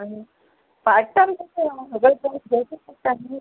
आनी पडटा न्ही